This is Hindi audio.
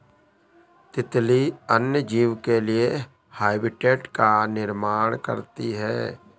तितली अन्य जीव के लिए हैबिटेट का निर्माण करती है